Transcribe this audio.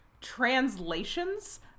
Translations